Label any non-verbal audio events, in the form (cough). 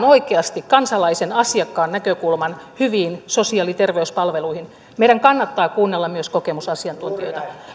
(unintelligible) oikeasti kansalaisen asiakkaan näkökulman hyviin sosiaali ja terveyspalveluihin meidän kannattaa kuunnella myös kokemusasiantuntijoita